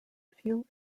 few